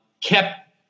kept